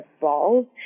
balls